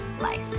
life